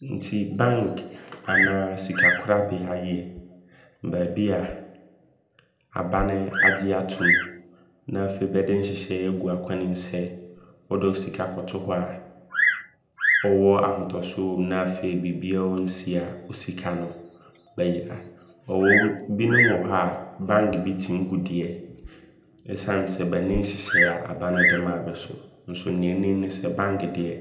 Nti bank anaa sikakorabea yɛ baabia abane agye atom. Na afei bɛde nhyehyɛyɛ agu akwanem sɛ wode wo sika kɔto hɔ a wowɔ ahotosoɔ wɔm. Na afei bibiaa ɔnsi wo sika no bɛyera. Ɔwom binom wɔ hɔ a bank bi tim gu deɛ esiane sɛ bɛanni nhyehyɛyɛ a abane de maa bɛ so. Nso neɛ nnim ne sɛ bank deɛ